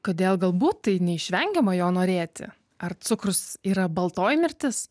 kodėl galbūt tai neišvengiama jo norėti ar cukrus yra baltoji mirtis